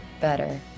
better